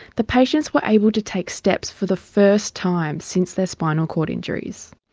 the patients were able to take steps for the first time since their spinal cord injuries.